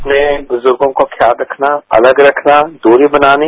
अपने बुजुर्णों का ख्याल रखना अलग रखना दूरी बनानी